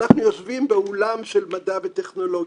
אנחנו יושבים באולם של מדע וטכנולוגיה,